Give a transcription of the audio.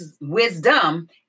wisdom